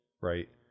right